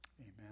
amen